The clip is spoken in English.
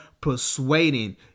persuading